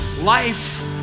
life